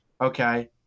okay